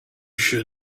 should